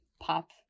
pop